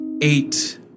eight